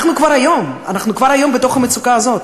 אנחנו כבר היום בתוך המצוקה הזאת.